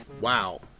Wow